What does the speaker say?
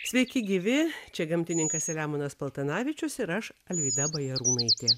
sveiki gyvi čia gamtininkas selemonas paltanavičius ir aš alvyda bajarūnaitė